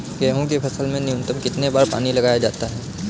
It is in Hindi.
गेहूँ की फसल में न्यूनतम कितने बार पानी लगाया जाता है?